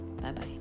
Bye-bye